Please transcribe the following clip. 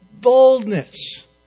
boldness